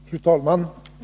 Fru talman!